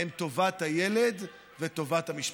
הן טובת הילד וטובת המשפחה.